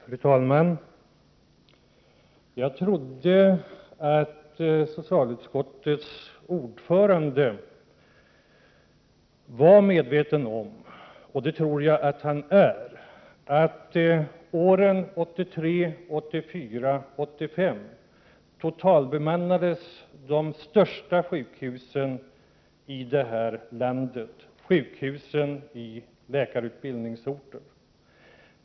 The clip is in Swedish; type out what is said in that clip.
Fru talman! Jag trodde att socialutskottets ordförande var medveten om — och det tror jag att han är — att åren 1983, 1984 och 1985 totalbemannades de största sjukhusen här i landet, sjukhusen i läkarutbildningsorter.